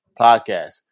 Podcast